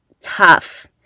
tough